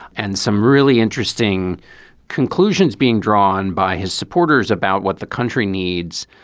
and some really interesting conclusions being drawn by his supporters about what the country needs,